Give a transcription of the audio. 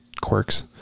quirks